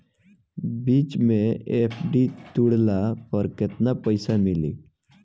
बीच मे एफ.डी तुड़ला पर केतना पईसा मिली?